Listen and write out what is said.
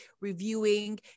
reviewing